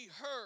heard